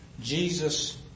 Jesus